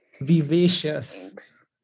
vivacious